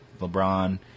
LeBron